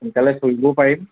সোনকালে ফুৰিবও পাৰিম